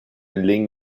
ligne